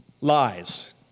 lies